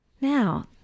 Now